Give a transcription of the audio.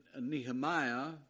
Nehemiah